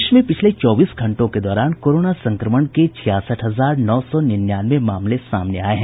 देश में पिछले चौबीस घंटों के दौरान कोरोना संक्रमण के छियासठ हजार नौ सौ निन्यानवे मामले सामने आये हैं